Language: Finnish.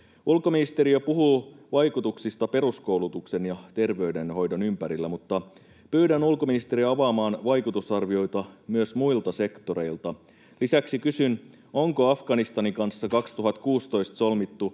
Ulkoministeriö puhuu vaikutuksista peruskoulutuksen ja terveydenhoidon ympärillä, mutta pyydän ulkoministeriä avaamaan vaikutusarvioita myös muilta sektoreilta. Lisäksi kysyn, onko Afganistanin kanssa 2016 solmittu